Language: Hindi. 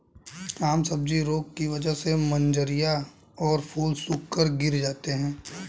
आम सब्जी रोग की वजह से मंजरियां और फूल सूखकर गिर जाते हैं